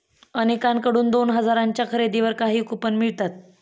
अनेकांकडून दोन हजारांच्या खरेदीवर काही कूपन मिळतात